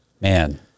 man